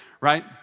right